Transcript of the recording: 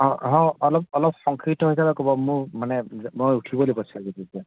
অঁ অলপ অলপ সংক্ষিপ্ত হিচাপে ক'ব মোৰ মানে মই উঠিবয়ে লাগিব চাগে এতিয়া